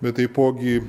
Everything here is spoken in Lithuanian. bet taipogi